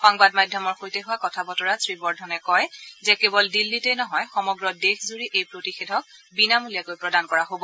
সংবাদ মাধ্যমৰ সৈতে হোৱা কথা বতৰাত শ্ৰীবৰ্ধনে কয় যে কেৱল দিল্লীতেই নহয় সমগ্ৰ দেশজূৰি এই প্ৰতিষেধক বিনামূলীয়াকৈ প্ৰদান কৰা হ'ব